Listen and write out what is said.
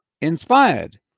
inspired